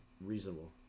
reasonable